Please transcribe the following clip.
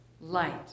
light